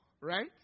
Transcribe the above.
Right